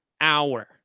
hour